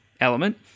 element